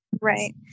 Right